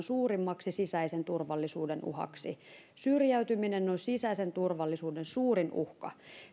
suurimmaksi sisäisen turvallisuuden uhaksi syrjäytyminen on sisäisen turvallisuuden suurin uhka